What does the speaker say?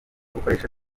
gukoresha